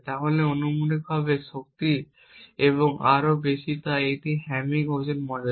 তাহলে অনুমানমূলক শক্তি 2 এবং আরও বেশি তাই এটি হ্যামিং ওজন মডেল